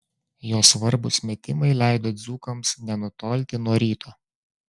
jo svarbūs metimai leido dzūkams nenutolti nuo ryto